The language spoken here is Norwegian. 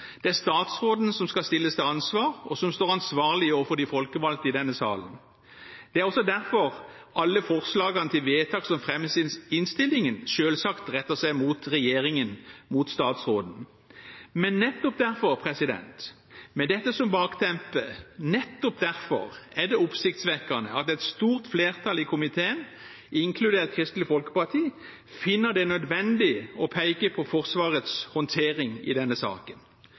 Det er statsråden som skal stilles til ansvar, og som står ansvarlig overfor de folkevalgte i denne salen. Det er også derfor alle forslagene til vedtak som fremmes i innstillingen, selvsagt retter seg mot regjeringen, mot statsråden. Men nettopp derfor – med dette som bakteppe – nettopp derfor er det oppsiktsvekkende at et stort flertall i komiteen, inkludert Kristelig Folkeparti, finner det nødvendig å peke på Forsvarets håndtering i denne saken.